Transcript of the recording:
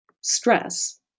stress